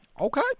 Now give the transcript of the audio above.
okay